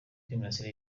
k’imirasire